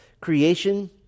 creation